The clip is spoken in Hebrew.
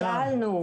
פשוט נשאלנו.